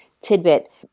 tidbit